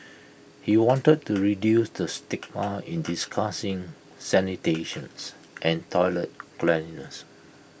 he wanted to reduce the stigma in discussing sanitations and toilet cleanliness